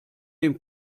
dem